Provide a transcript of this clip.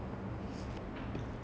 I think they mix it with milk